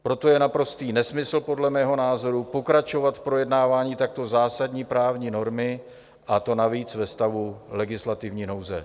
Proto je naprostý nesmysl podle mého názoru pokračovat v projednávání takto zásadní právní normy, a to navíc ve stavu legislativní nouze.